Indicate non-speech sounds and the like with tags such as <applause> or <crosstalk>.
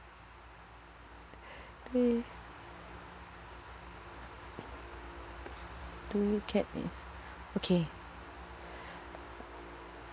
<breath> okay do we get a okay